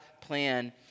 plan